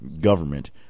government